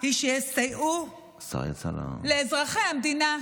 היא שיסייעו לאזרחי המדינה: